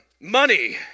money